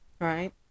Right